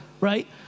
right